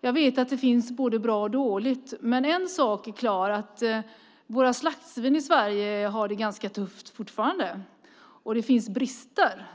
Jag vet att det finns både bra och dåliga. Men en sak är klar, och det är att våra slaktsvin i Sverige fortfarande har det ganska tufft och att det finns brister.